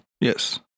Yes